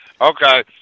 Okay